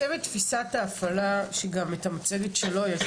צוות תפיסת ההפעלה שגם את הצוות שלו יש